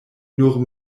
nur